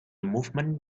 movement